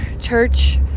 church